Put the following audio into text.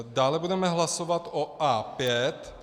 Dále budeme hlasovat o A5.